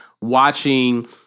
watching